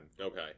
Okay